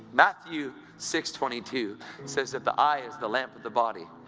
matthew six twenty two says that the eye is the lamp of the body,